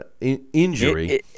injury